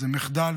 זה מחדל,